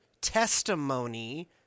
testimony